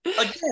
Again